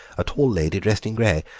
a tall lady, dressed in grey.